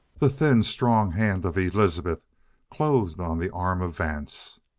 the thin, strong hand of elizabeth closed on the arm of vance.